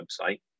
website